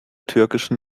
türkischen